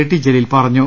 T Jaleel പറഞ്ഞു